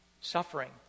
suffering